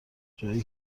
جایی